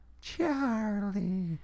Charlie